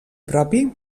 propi